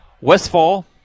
westfall